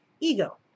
ego